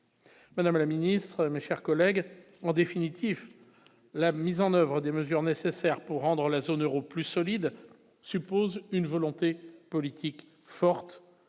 la ministre, mes chers collègues, en définitif, la mise en oeuvre des mesures nécessaires pour rendre la zone Euro plus solide suppose une volonté politique forte